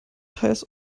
teils